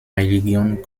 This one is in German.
religion